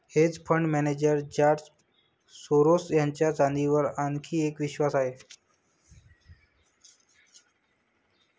hedge fund manager George Soros यांचा चांदीवर आणखी एक विश्वास आहे